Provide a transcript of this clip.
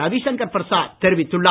ரவிசங்கர் பிரசாத் தெரிவித்துள்ளார்